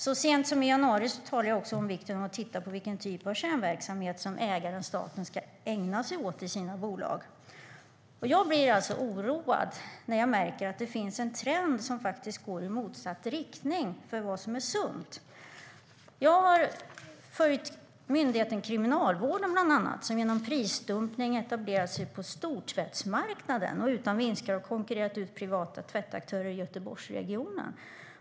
Så sent som i januari talade jag om vikten av att titta på vilken typ av kärnverksamhet som ägaren, staten, ska ägna sig åt i sina bolag. Det gör mig oroad när jag märker att det finns en trend som faktiskt går i motsatt riktning för vad som är sunt. Jag har följt bland annat myndigheten Kriminalvården som genom prisdumpning har etablerat sig på stortvättsmarknaden och utan vinster har konkurrerat ut privata tvättaktörer i Göteborgsregionen.